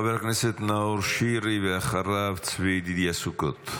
חבר הכנסת נאור שירי, ואחריו, צבי ידידיה סוכות.